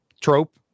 trope